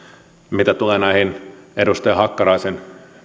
mitä tulee näihin edustaja hakkaraisen